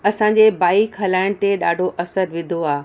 असांजे बाइक हलाइण ते ॾाढो असर विधो आहे